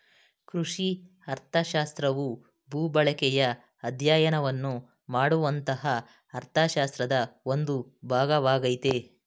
ಕೃಷಿ ಅರ್ಥಶಾಸ್ತ್ರವು ಭೂಬಳಕೆಯ ಅಧ್ಯಯನವನ್ನು ಮಾಡುವಂತಹ ಅರ್ಥಶಾಸ್ತ್ರದ ಒಂದು ಭಾಗವಾಗಯ್ತೆ